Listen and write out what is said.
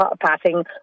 passing